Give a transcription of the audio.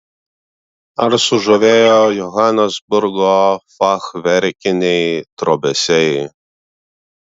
ar sužavėjo johanesburgo fachverkiniai trobesiai